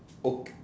okay